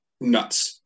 nuts